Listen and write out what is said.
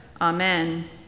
Amen